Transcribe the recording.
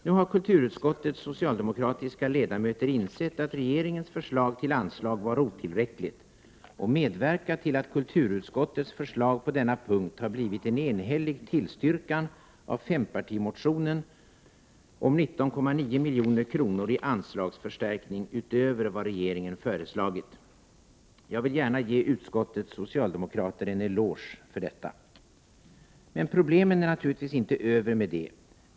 Nu har kulturutskottets socialdemokratiska ledamöter insett att regeringens förslag till anslag var otillräckligt och medverkat till att kulturutskottets förslag på denna punkt har blivit en enhällig tillstyrkan av fempartimotionen om 19,9 milj.kr. i anslagsförstärkning utöver vad regeringen föreslagit. Jag vill gärna ge utskottets socialdemokrater en eloge för detta. Men problemen är naturligtvis inte över med det.